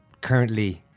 currently